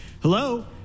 Hello